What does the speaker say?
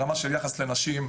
ברמה של יחס לנשים,